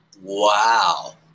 Wow